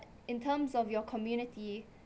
in terms of your community